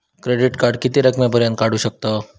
Credit card किती रकमेपर्यंत काढू शकतव?